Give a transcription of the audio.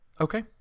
okay